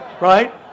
Right